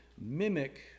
mimic